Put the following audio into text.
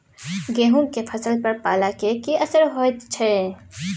गेहूं के फसल पर पाला के की असर होयत छै?